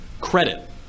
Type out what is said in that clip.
Credit